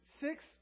six